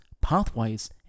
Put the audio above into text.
pathways